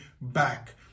back